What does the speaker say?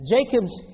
Jacob's